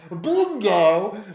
Bingo